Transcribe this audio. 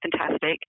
fantastic